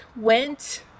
went